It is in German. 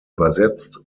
übersetzt